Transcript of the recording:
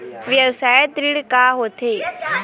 व्यवसाय ऋण का होथे?